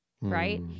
right